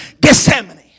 Gethsemane